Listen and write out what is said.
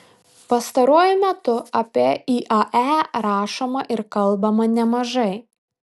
pastaruoju metu apie iae rašoma ir kalbama nemažai